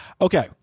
Okay